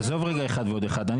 עזוב רגע אחת ועוד אחת.